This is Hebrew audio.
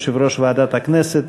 יושב-ראש ועדת הכנסת,